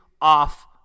off